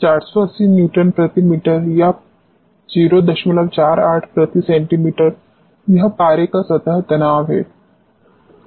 480 newton प्रति metre या 048 प्रति सेंटीमीटर यह पारे का सतह तनाव है